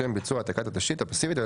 לשם ביצוע העתקת התשתית הפסיבית,